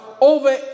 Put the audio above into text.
over